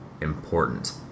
important